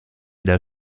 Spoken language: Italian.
dal